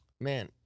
man